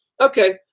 Okay